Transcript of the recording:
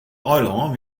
eilân